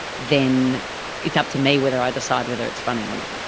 then it's up to me whether i decide whether it's funny or not.